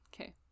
okay